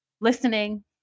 listening